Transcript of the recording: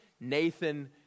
Nathan